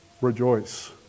rejoice